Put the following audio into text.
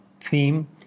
theme